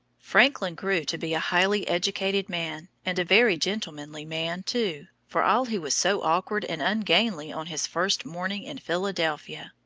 franklin grew to be a highly educated man, and a very gentlemanly man, too, for all he was so awkward and ungainly on his first morning in philadelphia.